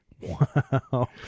Wow